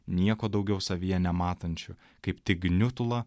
nieko daugiau savyje nematančiu kaip tik gniutulą